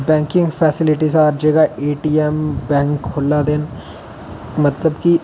facility सारी हर जगह ए टी एम बैंक खु'ल्ला दे न मतलब कि बंदे